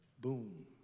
Boom